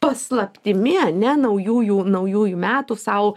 paslaptimi ane naujųjų naujųjų metų sau